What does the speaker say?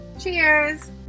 Cheers